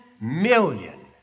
million